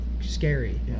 scary